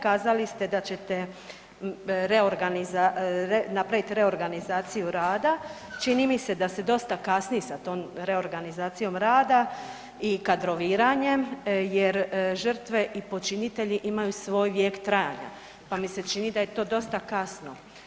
Kazali ste da ćete napraviti reorganizaciju rada, čini mi se da se dosta kasni sa tom reorganizacijom rada i kadroviranjem jer žrtve i počinitelji imaju svoj vijek trajanja, pa mi se čini da je to dosta kasno.